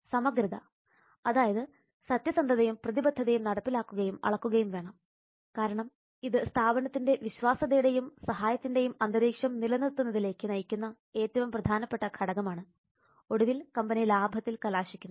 സമഗ്രത അതായത് സത്യസന്ധതയും പ്രതിബദ്ധതയും നടപ്പിലാക്കുകയും അളക്കുകയും വേണം കാരണം ഇത് സ്ഥാപനത്തിൻറെ വിശ്വാസ്യതയുടെയും സഹായത്തിൻറെയും അന്തരീക്ഷം നിലനിർത്തുന്നതിലേക്ക് നയിക്കുന്ന ഏറ്റവും പ്രധാനപ്പെട്ട ഘടകമാണ് ഒടുവിൽ കമ്പനി ലാഭത്തിൽ കലാശിക്കുന്നു